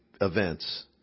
events